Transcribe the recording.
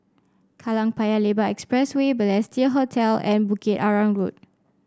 Kallang Paya Lebar Expressway Balestier Hotel and Bukit Arang Road